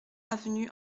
avenue